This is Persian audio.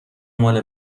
مال